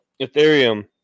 Ethereum